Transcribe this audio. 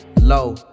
low